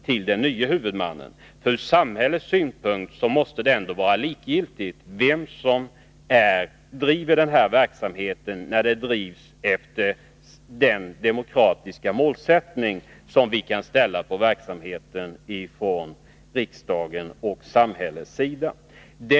till den nya huvudmannen. Från samhällets synpunkt måste det ändå vara likgiltigt vem som driver verksamheten, när den bedrivs i enlighet med den demokratiska målsättning och folkhögskoleförordning som vi från riksdagens och samhällets sida kan kräva.